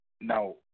Now